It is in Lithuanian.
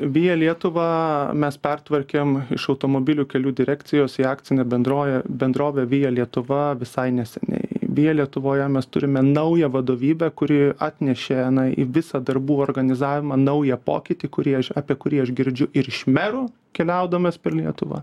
via lietuvą mes pertvarkėm iš automobilių kelių direkcijos į akcinę bendrovę bendrovė via lietuva visai neseniai via lietuvoje mes turime naują vadovybę kuri atnešė na į visą darbų organizavimą naują pokytį kurį aš apie kurį aš girdžiu ir iš merų keliaudamas per lietuvą